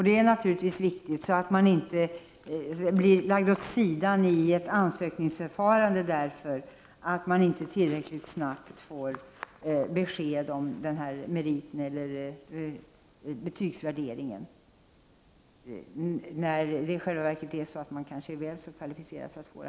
Det är naturligtvis viktigt att ingen blir lagd åt sidan i ett ansökningsförfarande därför att det inte tillräckligt snabbt ges besked om meriterna eller betygsvärderingen, när en person i själva verket kan vara väl så kvalificerad för jobbet.